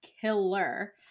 killer